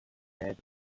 dead